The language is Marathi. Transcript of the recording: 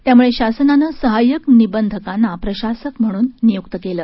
त्यामुळे शासनानं सहाय्यक निबंधकांना प्रशासक म्हणून नियूक्त केलं